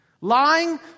Lying